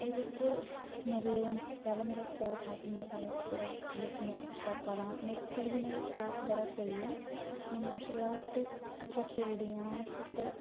एह्दे च मेरे पैह्ला मेरा स्पोर्ट्स हा कि में पैह्लें में स्पोर्ट्स बिच में अच्छा करांऽ मेरा हाली बी मेरा स्पोर्ट्स बड़ा स्हेई ऐ में मार्शल आर्ट अच्छा खेल्लदी आं पर